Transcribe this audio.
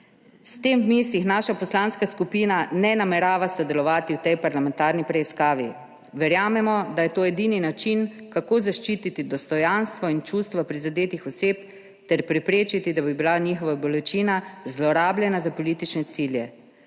S tem v mislih naša poslanska skupina ne namerava sodelovati v tej parlamentarni preiskavi. Verjamemo, da je to edini način, kako zaščititi dostojanstvo in čustva prizadetih oseb ter preprečiti, da bi bila njihova bolečina zlorabljena za politične cilje.